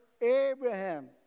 Abraham